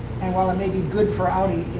and while it may be good for audi,